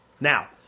Now